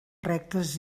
rectes